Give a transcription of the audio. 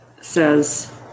says